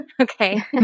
Okay